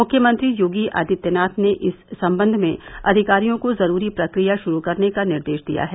मुख्यमंत्री योगी आदित्यनाथ ने इस संबंध में अधिकारियों को ज़रूरी प्रक्रिया श़ुरू करने का निर्देश दिया है